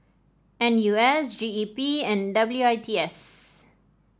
N U S G E P and W I T S